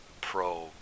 pro